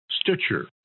Stitcher